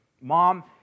Mom